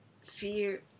fear